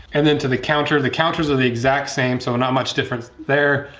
and then to the counter. the counters are the exact same so not much difference there.